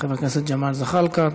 חבר הכנסת ג'מאל זחאלקה.